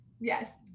yes